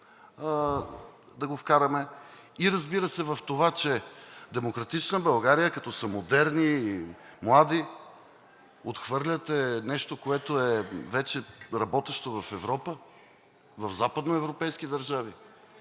да го вкараме и разбира се, в това че „Демократична България“, като са модерни и млади, отхвърляте нещо, което е вече работещо в Европа, в западноевропейските държави?